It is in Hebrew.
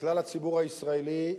לכלל הציבור הישראלי,